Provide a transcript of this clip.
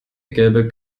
gelbe